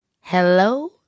Hello